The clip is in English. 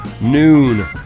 noon